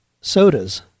sodas